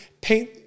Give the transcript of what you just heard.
paint